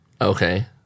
Okay